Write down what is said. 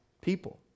people